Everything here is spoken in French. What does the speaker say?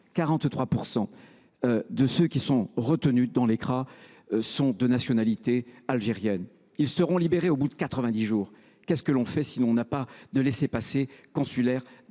43 % de ceux qui sont retenus dans les CRA sont de nationalité algérienne. Ils sont libérés au bout de 90 jours. Que faire si nous n’obtenons pas de laissez passer consulaires